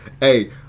hey